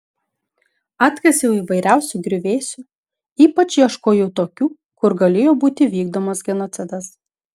atkasiau įvairiausių griuvėsių ypač ieškojau tokių kur galėjo būti vykdomas genocidas